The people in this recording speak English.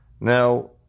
Now